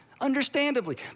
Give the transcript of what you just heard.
understandably